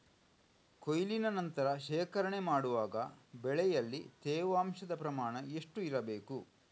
ಕೊಯ್ಲಿನ ನಂತರ ಶೇಖರಣೆ ಮಾಡುವಾಗ ಬೆಳೆಯಲ್ಲಿ ತೇವಾಂಶದ ಪ್ರಮಾಣ ಎಷ್ಟು ಇರಬೇಕು?